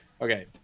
okay